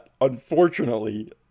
unfortunately